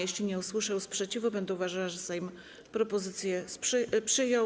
Jeśli nie usłyszę sprzeciwu, będę uważała, że Sejm propozycję przyjął.